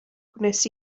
gwnes